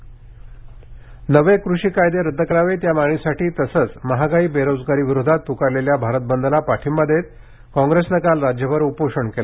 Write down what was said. कृषी कायदे विरोध नवे कृषी कायदे रद्द करावेत या मागणीसाठी तसंच महागाई बेरोजगारीविरोधात प्कारलेल्या भारत बंदला पाठिंबा देत काँग्रेसनं काल राज्यभर उपोषण केलं